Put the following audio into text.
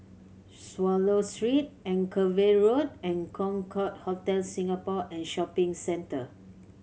Swallow Street Anchorvale Road and Concorde Hotel Singapore and Shopping Centre